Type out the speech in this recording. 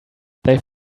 they